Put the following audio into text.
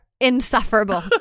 insufferable